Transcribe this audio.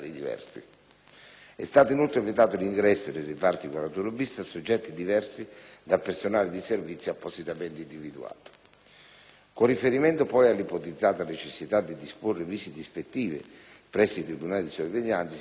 È stato, inoltre, vietato l'ingresso, nei reparti di 41-*bis* a soggetti diversi dal personale di servizio appositamente individuato. Con riferimento, poi, alla ipotizzata necessità di disporre visite ispettive presso i tribunali di sorveglianza, si deve osservare